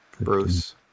Bruce